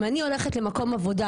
אם אני הולכת למקום עבודה,